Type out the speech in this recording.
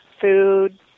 food